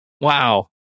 wow